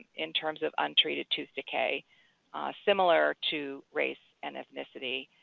in terms of untreated tooth decay similar to race and ethnicity.